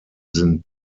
sind